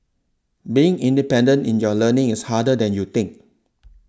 being independent in your learning is harder than you think